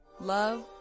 love